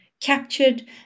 captured